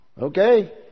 Okay